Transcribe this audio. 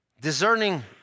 discerning